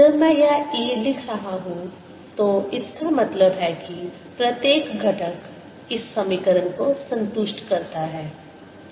जब मैं यह E लिख रहा हूं तो इसका मतलब है कि प्रत्येक घटक इस समीकरण को संतुष्ट करता है